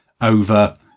over